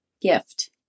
gift